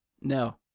No